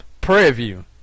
preview